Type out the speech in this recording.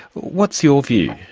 what's your view?